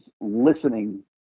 listening